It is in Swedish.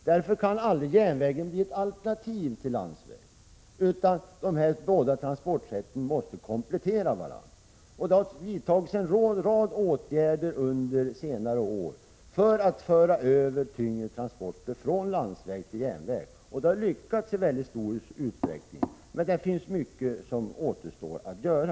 Därför kan järnvägen aldrig bli ett alternativ till landsvägen — de båda transportsätten måste komplettera varandra. Det har under senare år vidtagits en rad åtgärder för att föra över tyngre transporter från landsväg till järnväg, och det har i stor utsträckning lyckats, men mycket återstår att göra.